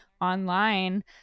online